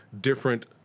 different